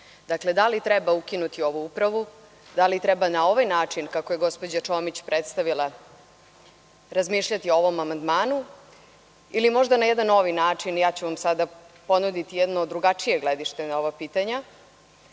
da li treba ukinuti ovu upravu, da li treba na ovaj način, kako je gospođa Čomić predstavila, razmišljati o ovom amandmanu, ili možda na jedan novi način? Ja ću vam sada ponuditi jedno drugačije gledište na ova pitanja.